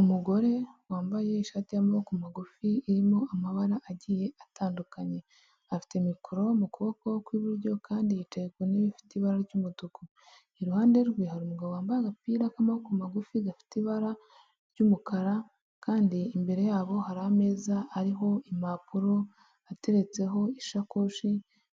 Umugore wambaye ishati y'amaboko magufi irimo amabara agiye atandukanye, afite mikoro mu kuboko kw'iburyo kandi yicaye ku ntebe ifite ibara ry'umutuku, iruhande rwe hari umugabo wambaye agapira k'amaboko magufi gafite ibara ry'umukara kandi imbere yabo hari ameza ariho impapuro ateretseho ishakoshi,